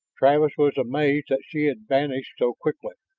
travis was amazed that she had vanished so quickly.